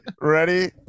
Ready